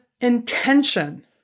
intention